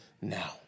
now